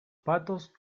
patos